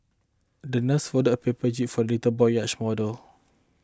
the nurse folded a paper jib for little boy's yacht model